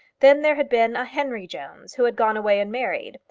then there had been a henry jones, who had gone away and married,